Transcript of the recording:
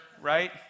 right